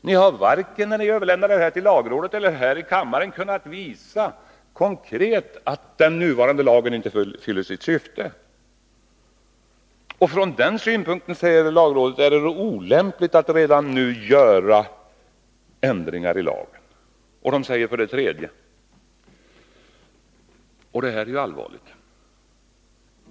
Ni har varken för lagrådet eller för kammaren konkret kunnat visa att den nuvarande lagen inte fyller sitt syfte. Från den synpunkten, säger lagrådet, är det olämpligt att redan nu göra ändringar i lagen. Lagrådet uttalar sig om ytterligare en sak, och den är allvarlig.